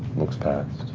looks past.